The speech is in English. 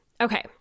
Okay